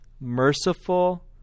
merciful